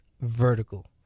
vertical